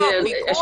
פיקוח.